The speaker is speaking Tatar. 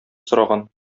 сораган